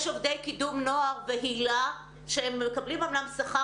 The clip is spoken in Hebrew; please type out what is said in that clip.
יש עובדי קידום נוער והיל"ה שהם מקבלים אומנם שכר